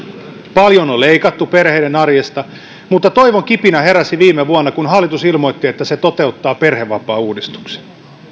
paljon on leikattu perheiden arjesta mutta toivon kipinä heräsi viime vuonna kun hallitus ilmoitti että se toteuttaa perhevapaauudistuksen